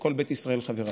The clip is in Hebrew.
וכל בית ישראל חבריו.